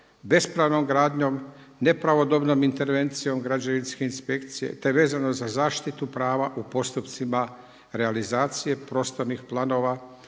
bespravnom gradnjom, nepravodobnom intervencijom građevinske inspekcije te vezano za zaštitu prava u postupcima realizacije prostornih planova,